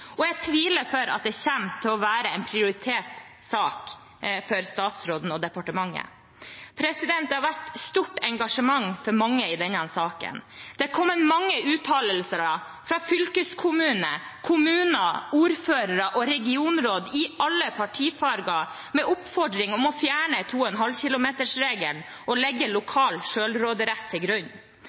og jeg tviler på at det kommer til å være en prioritert sak for statsråden og departementet. Det har vært et stort engasjement fra mange i denne saken. Det er kommet mange uttalelser fra fylkeskommune, kommuner, ordførere og regionsråd, i alle partifarger, med oppfordring om å fjerne 2,5 km-regelen og legge lokal sjølråderett til grunn.